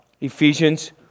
Ephesians